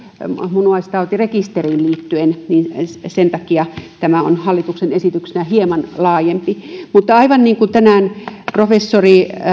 munuaistautirekisteriin liittyen sen takia tämä on hallituksen esityksenä hieman laajempi mutta aivan niin kuin tänään professori